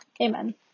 Amen